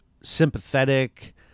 sympathetic